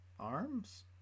Arms